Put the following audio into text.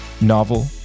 novel